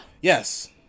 Yes